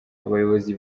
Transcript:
abayobozi